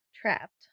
Trapped